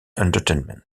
entertainment